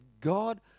God